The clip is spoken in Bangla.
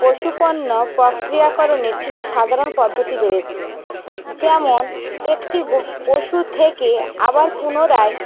পশুপণ্য প্রক্রিয়াকরণের কিছু সাধারণ পদ্ধতি রয়েছে যেমন একটি পশু থেকে আবার পুনরায়